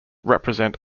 represent